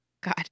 God